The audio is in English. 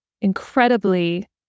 incredibly